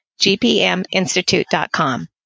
gpminstitute.com